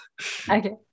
Okay